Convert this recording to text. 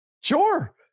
Sure